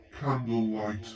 candlelight